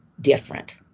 different